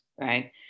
right